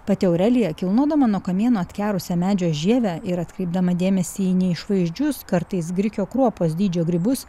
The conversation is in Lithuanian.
pati aurelija kilnodama nuo kamieno atkarusią medžio žievę ir atkreipdama dėmesį į neišvaizdžius kartais grikių kruopos dydžio grybus